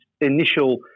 initial